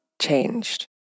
changed